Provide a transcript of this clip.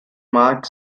mark